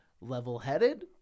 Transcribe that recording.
level-headed